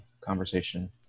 conversation